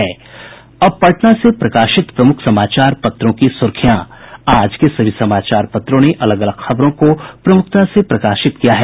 अब पटना से प्रकाशित प्रमुख समाचार पत्रों की सूर्खियां आज के सभी समाचार पत्रों ने अलग अलग खबरों को प्रमुखता से प्रकाशित किया है